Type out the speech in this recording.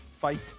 fight